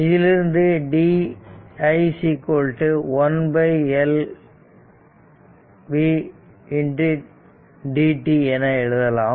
இதிலிருந்து di 1L v dt என எழுதலாம்